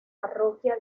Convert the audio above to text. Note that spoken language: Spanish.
parroquia